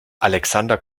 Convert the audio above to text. alexander